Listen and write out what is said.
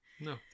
No